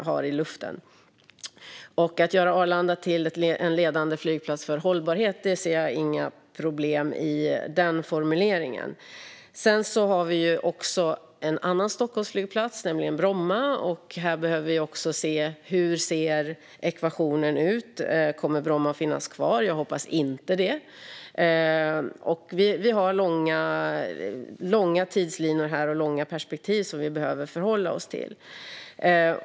Formuleringen om att göra Arlanda till en ledande flygplats för hållbarhet ser jag inga problem i. Sedan har vi en annan Stockholmsflygplats, nämligen Bromma. Här behöver vi också se hur ekvationen ser ut. Kommer Bromma att finnas kvar? Jag hoppas inte det. Vi har långa tidslinor och långa perspektiv här som vi behöver förhålla oss till.